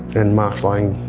and mark's laying